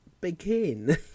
begin